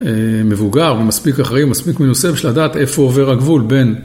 אה.. מבוגר ומספיק אחראי ומספיק מנוסה בשביל לדעת איפה עובר הגבול בין